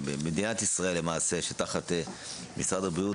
שבמדינת ישראל שתחת משרד הבריאות,